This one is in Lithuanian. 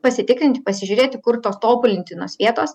pasitikrinti pasižiūrėti kur tos tobulintinos vietos